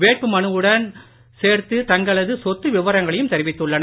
வேட்பு மனுவுடன் சேர்த்து தங்களது சொத்து விவரங்களையும் தெரிவித்துள்ளனர்